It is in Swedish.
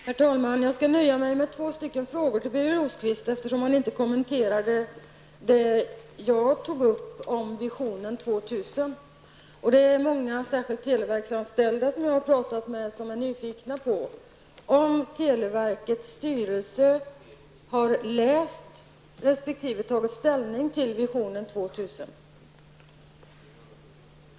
Herr talman! Jag skall nöja mig med två frågor till Birger Rosqvist, eftersom denne inte kommenterade det som jag tog upp om Vision 2000.